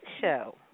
show